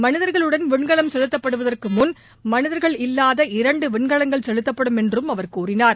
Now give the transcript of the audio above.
மனிதர்களுடன் விண்கலம் செலுத்தப்படுவதற்கு முன் மனிதர்கள் இல்வாத இரண்டு விண்கலங்கள் செலுத்தப்படும் என்றும் அவர் கூறினார்